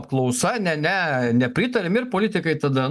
apklausa ne ne nepritariam ir politikai tada